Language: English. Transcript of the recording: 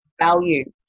value